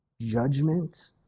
judgment